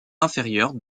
inférieures